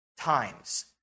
times